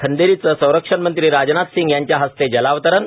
खंदेरीचं संरक्षण मंत्री राजनाथ सिंग यांच्या हस्ते जलावतरण